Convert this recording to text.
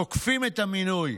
תוקפים את המינוי.